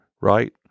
right